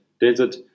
desert